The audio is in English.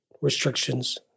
restrictions